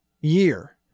year